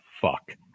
fuck